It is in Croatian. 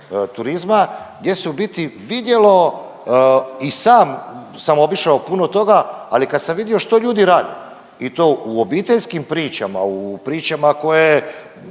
turizma gdje se u biti vidjelo i sam sam obišao puno toga, ali kad sam vidio što ljudi rade i to u obiteljskim pričama, u pričama koje